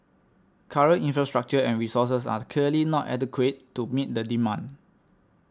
current infrastructure and resources are clearly not adequate to meet the demand